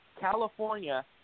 California